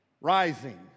Rising